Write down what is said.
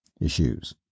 issues